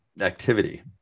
activity